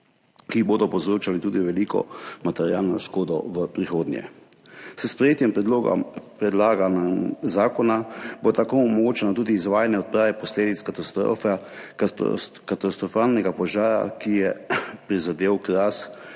v prihodnje povzročali tudi veliko materialno škodo. S sprejetjem predlaganega zakona bo tako omogočeno tudi izvajanje odprave posledic katastrofalnega požara, ki je prizadel Kras